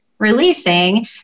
releasing